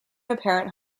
apparent